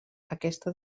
aquesta